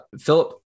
Philip